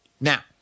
Now